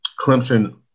Clemson